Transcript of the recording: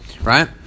right